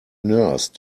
nurse